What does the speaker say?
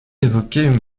évoquer